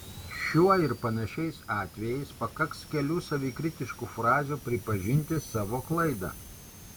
šiuo ir panašiais atvejais pakaks kelių savikritiškų frazių pripažinti savo klaidą